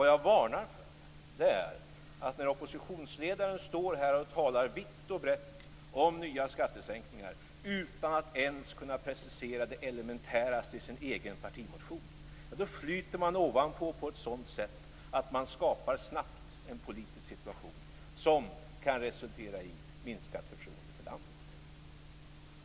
Det jag varnar för är att när oppositionsledaren talar vitt och brett om nya skattesänkningar, utan att ens kunna precisera det elementäraste i sin egen partimotion, flyter han ovanpå på ett sådant sätt att det snabbt skapar en politisk situation som kan resultera i minskat förtroende för landet.